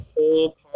whole